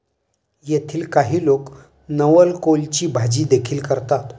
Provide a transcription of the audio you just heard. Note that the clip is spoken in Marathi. येथील काही लोक नवलकोलची भाजीदेखील करतात